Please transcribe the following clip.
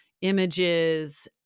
images